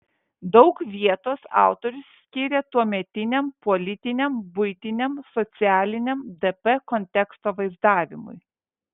daug vietos autorius skiria tuometiniam politiniam buitiniam socialiniam dp konteksto vaizdavimui